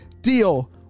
deal